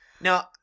now